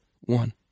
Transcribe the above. one